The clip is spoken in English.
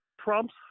Trump's